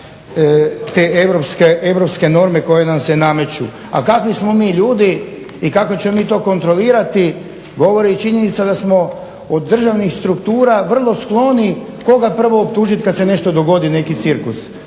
te europske norme koje nam se nameću. A kakvi smo mi ljudi i kako ćemo to kontrolirati govori i činjenica da smo od državnih struktura vrlo skloni koga prvo optužiti kada se nešto dogodi neki cirkus.